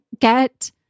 get